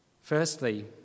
Firstly